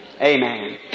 Amen